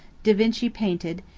da vinci painted,